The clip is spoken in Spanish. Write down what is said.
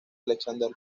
alexandre